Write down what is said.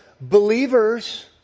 believers